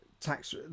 tax